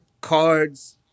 cards